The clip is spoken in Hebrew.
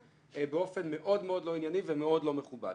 באופן מאוד לא ענייני ומאוד לא מכובד.